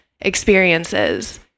experiences